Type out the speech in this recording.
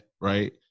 right